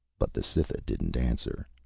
but the cytha didn't answer.